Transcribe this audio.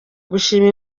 gushima